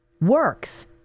works